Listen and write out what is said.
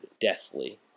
deathly